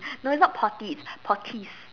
no it's not Potits Poltese